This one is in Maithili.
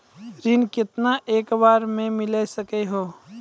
ऋण केतना एक बार मैं मिल सके हेय?